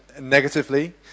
negatively